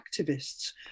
activists